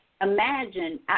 imagine –